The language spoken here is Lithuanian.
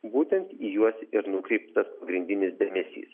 būtent į juos ir nukreiptas pagrindinis dėmesys